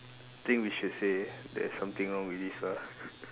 think we should say there's something wrong with this ah